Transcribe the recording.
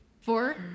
Four